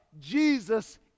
Jesus